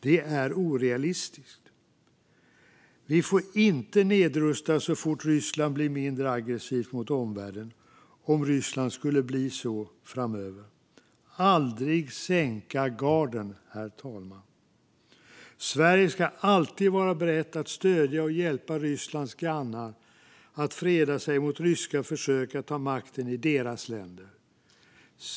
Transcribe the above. Det är orealistiskt. Vi får inte nedrusta så fort Ryssland blir mindre aggressivt mot omvärlden, om Ryssland skulle bli så framöver. Vi får aldrig sänka garden, herr talman. Sverige ska alltid vara berett att stödja och hjälpa Rysslands grannar att freda sig mot ryska försök att ta makten i deras länder.